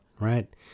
Right